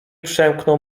przemknął